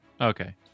Okay